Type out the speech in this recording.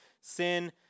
Sin